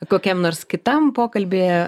kokiam nors kitam pokalbyje